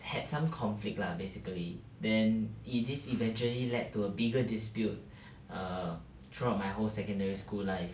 had some conflict lah basically then !ee! this eventually led to a bigger dispute err throughout my whole secondary school life